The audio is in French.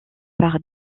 par